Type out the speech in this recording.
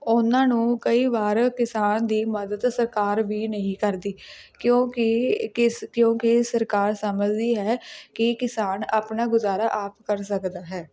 ਉਹਨਾਂ ਨੂੰ ਕਈ ਵਾਰ ਕਿਸਾਨ ਦੀ ਮਦਦ ਸਰਕਾਰ ਵੀ ਨਹੀਂ ਕਰਦੀ ਕਿਉਂਕਿ ਕਿਸ ਕਿਉਂਕਿ ਸਰਕਾਰ ਸਮਝਦੀ ਹੈ ਕਿ ਕਿਸਾਨ ਆਪਣਾ ਗੁਜ਼ਾਰਾ ਆਪ ਕਰ ਸਕਦਾ ਹੈ